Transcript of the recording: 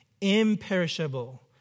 imperishable